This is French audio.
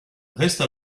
reste